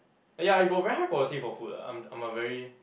ya I got very high quality for food lah I'm I'm a very